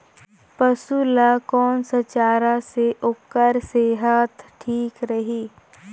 पशु ला कोन स चारा से ओकर सेहत ठीक रही?